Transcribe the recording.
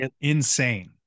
insane